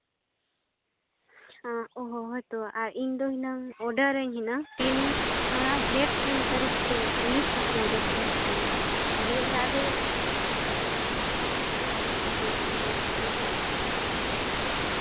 ᱚᱸᱻ ᱦᱚᱸ ᱦᱳᱭᱛᱚ ᱟᱨ ᱤᱧ ᱫᱚ ᱚᱰᱟᱨᱟᱹᱧ ᱦᱩᱱᱟᱹᱝ ᱛᱤᱱ ᱚᱱᱟ ᱡᱷᱮᱸᱴ ᱛᱤᱱ ᱛᱟᱹᱨᱤᱠᱷ ᱛᱮ ᱤᱞᱤᱥ ᱦᱟᱹᱠᱩ ᱫᱚᱨᱠᱟᱨᱚᱜ ᱠᱟᱹᱱᱟᱹᱧ ᱟᱞᱮ ᱚᱲᱟᱜ ᱨᱮ ᱵᱟᱯᱞᱟ ᱯᱟᱴᱤᱭ ᱠᱷᱟᱱ ᱫᱚ ᱞᱮ